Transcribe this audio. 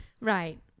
Right